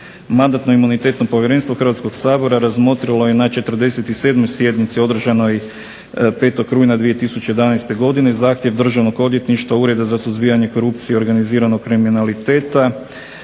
Mandatno-imunitetno povjerenstvo Hrvatskog sabora razmotrilo je na 47. sjednici održanoj 5. rujna 2011. godine zahtjev državnog odvjetništva, Ureda za suzbijanje korupcije i organiziranog kriminaliteta